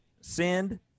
send